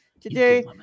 Today